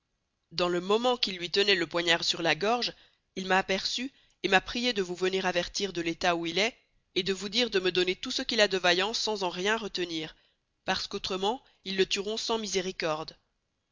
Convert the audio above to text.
dans le moment qu'ils luy tenoient le poignard sur la gorge il m'a aperçeu et m'a prié de vous venir avertir de l'estat où il est et de vous dire de me donner tout ce qu'il a vaillant sans en rien retenir parce qu'autrement ils le tuëront sans miséricorde